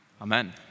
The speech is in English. Amen